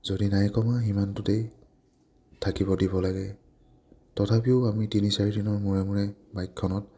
যদি নাই কমা সিমানটোতেই থাকিব দিব লাগে তথাপিও আমি তিনি চাৰিদিনৰ মূৰে মূৰে বাইকখনত